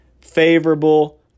favorable